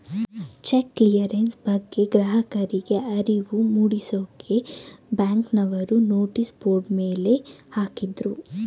check clearance ಬಗ್ಗೆ ಗ್ರಾಹಕರಿಗೆ ಅರಿವು ಮೂಡಿಸಕ್ಕೆ ಬ್ಯಾಂಕ್ನವರು ನೋಟಿಸ್ ಬೋರ್ಡ್ ಮೇಲೆ ಹಾಕಿದ್ರು